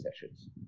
sessions